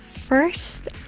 first